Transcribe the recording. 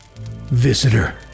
visitor